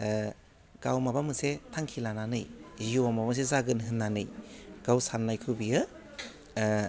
ओह गाव माबा मोनसे थांखि लानानै जिउआव माबा मोनसे जागोन होननानै गाव साननायखौ बियो ओह